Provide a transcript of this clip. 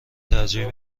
ترجیح